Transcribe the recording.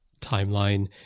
timeline